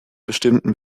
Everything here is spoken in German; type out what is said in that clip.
bestimmten